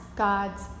God's